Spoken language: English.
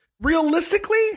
Realistically